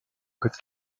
could